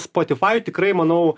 spotifajuj tikrai manau